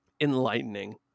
enlightening